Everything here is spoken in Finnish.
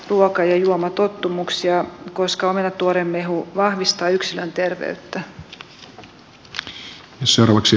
ruoka ja juomatottumuksiaan koska omenatuoremehu arvoisa herra puhemies